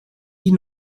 die